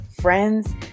friends